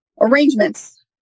arrangements